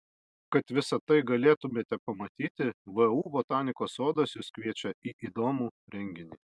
kad visa tai galėtumėte pamatyti vu botanikos sodas jus kviečia į įdomų renginį